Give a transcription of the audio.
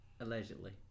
Allegedly